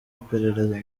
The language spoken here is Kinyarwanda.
iperereza